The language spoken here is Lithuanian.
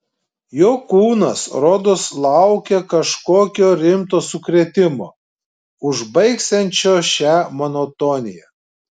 jo kūnas rodos laukė kažkokio rimto sukrėtimo užbaigsiančio šią monotoniją